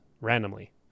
randomly